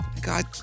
God